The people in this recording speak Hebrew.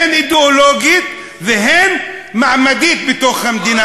הן אידיאולוגית והן מעמדית בתוך המדינה,